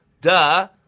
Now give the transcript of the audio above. Duh